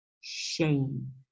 Shame